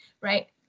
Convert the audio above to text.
right